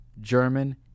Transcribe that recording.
German